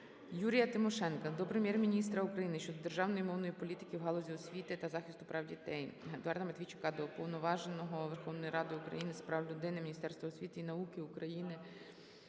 Юрія Тимошенка до Прем'єр-міністра України щодо державної мовної політики в галузі освіти та захисту прав дітей. Едуарда Матвійчука до Уповноваженого Верховної Ради України з прав людини, Міністерства освіти і науки України,